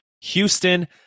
Houston